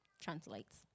translates